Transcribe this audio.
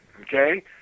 Okay